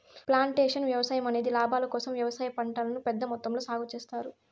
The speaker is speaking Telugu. ప్లాంటేషన్ వ్యవసాయం అనేది లాభాల కోసం వ్యవసాయ పంటలను పెద్ద మొత్తంలో సాగు చేత్తారు